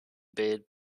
bid